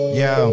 yo